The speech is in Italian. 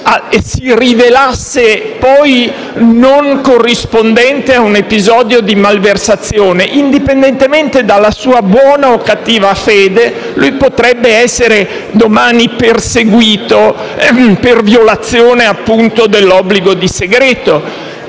e si rivelasse, poi, non corrispondente a un episodio di malversazione, indipendentemente dalla sua buona o cattiva fede, il dipendente potrebbe essere in futuro perseguito per violazione, appunto, dell'obbligo di segreto.